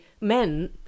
men